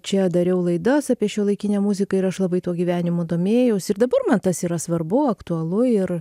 čia dariau laidas apie šiuolaikinę muziką ir aš labai tuo gyvenimu domėjausi ir dabar man tas yra svarbu aktualu ir